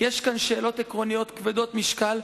כי יש כאן שאלות עקרוניות כבדות משקל,